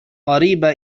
قريبة